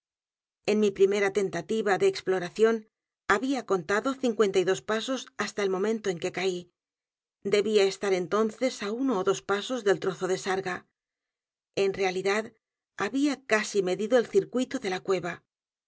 en mi primera tentativa de exploración había contado cincuenta y dos pasos hasta el momento en que caí debía estar entonces á uno ó dos pasos del trozo de sarga en realidad había casi medido el circuito de la cueva